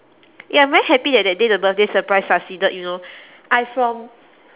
ya I'm very happy that that day the birthday surprise succeeded you know I from